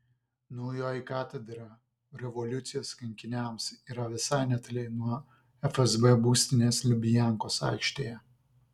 naujoji katedra revoliucijos kankiniams yra visai netoli nuo fsb būstinės lubiankos aikštėje